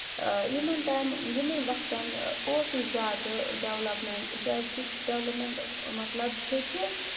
یِمَن ٹایم یِمَن وَقتَن اوس نہٕ زیادٕ ڈؠولَپمؠنٛٹ تکیازکہِ ڈؠولَپمؠنٛٹ مطلب چھُ کہِ